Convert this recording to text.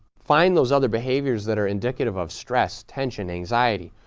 find those other behaviors that are indicative of stress, tension, anxiety,